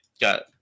got